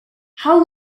how